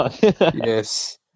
Yes